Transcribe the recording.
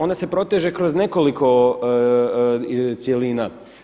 Ona se proteže kroz nekoliko cjelina.